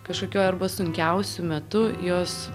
kažkokiu arba sunkiausiu metu jos